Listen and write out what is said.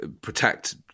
protect